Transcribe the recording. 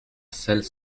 selles